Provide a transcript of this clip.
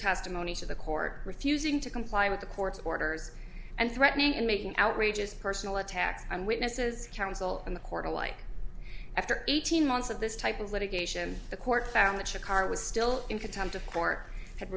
testimony to the court refusing to comply with the court's orders and threatening and making outrageous personal attacks on witnesses counsel and the court alike after eighteen months of this type of litigation the court found which a car was still in contempt of court had